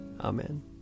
Amen